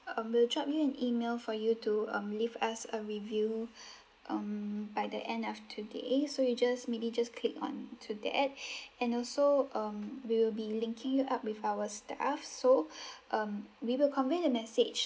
um we'll drop you an email for you to um leave us a review um by the end of today so you just maybe just click on to that and also um we will be linking you up with our staff so um we will convey the message